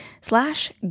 slash